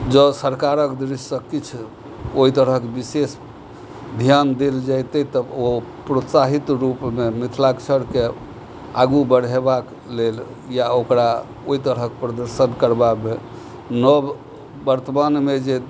जँ सरकारक दिससँ किछु ओहि तरहक विशेष ध्यान देल जइतै तऽ ओ प्रोत्साहित रूपमे मिथिलाक्षरके आगू बढ़ेबाक लेल या ओकरा ओहि तरहक प्रदर्शन करबामे नव वर्तमानमे जे